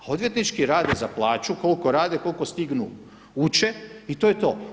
Odvjetnici rade za plaće koliko rade, koliko stignu uče i to je to.